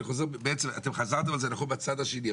אתם חזרתם על זה, אנחנו בצד השני.